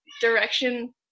direction